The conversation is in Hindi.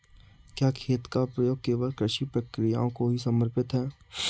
क्या खेत का प्रयोग केवल कृषि प्रक्रियाओं को ही समर्पित है?